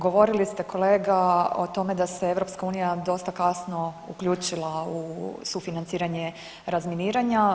Govorili ste, kolega, o tome da se EU dosta kasno uključila u sufinanciranje razminiranja.